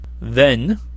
Then